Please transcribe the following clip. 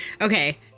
okay